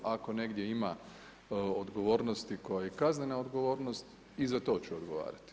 Ako negdje ima odgovornosti koja je i kaznena odgovornost i za to će odgovarat.